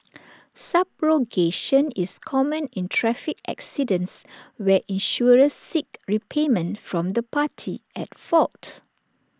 subrogation is common in traffic accidents where insurers seek repayment from the party at fault